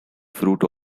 fruit